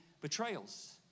betrayals